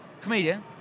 comedian